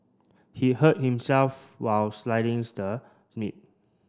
he hurt himself while the meat